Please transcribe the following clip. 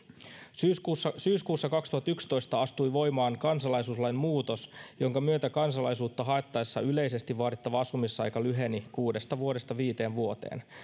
syyskuussa syyskuussa kaksituhattayksitoista astui voimaan kansalaisuuslain muutos jonka myötä kansalaisuutta haettaessa yleisesti vaadittava asumisaika lyheni kuudesta vuodesta viiteen vuoteen